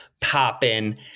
popping